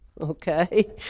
okay